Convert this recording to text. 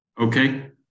Okay